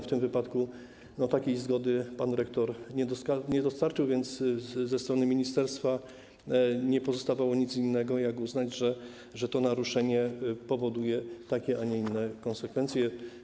W tym wypadku takiej zgody pan rektor nie dostarczył, więc ministerstwu nie pozostawało nic innego, jak uznać, że to naruszenie powoduje takie a nie inne konsekwencje.